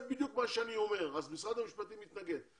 משרד המשפטים מתנגד.